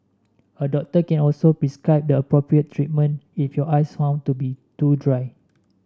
a doctor can also prescribe the appropriate treatment if your eyes are found to be too dry